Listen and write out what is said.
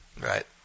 Right